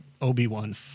Obi-Wan